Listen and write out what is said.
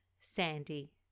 Sandy